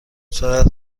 سرعت